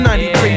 93